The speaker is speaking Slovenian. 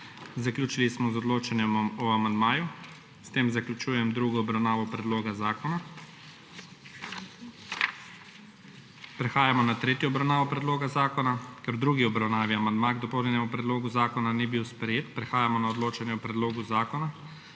Zaključili smo z odločanjem o amandmaju. S tem zaključujem drugo obravnavo predloga zakona. Prehajamo na **tretjo obravnavo** predloga zakona. Ker v drugi obravnavi amandma k dopolnjenemu predlogu zakona ni bil sprejet, prehajamo na odločanje o predlogu zakona.